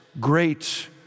great